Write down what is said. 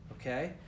Okay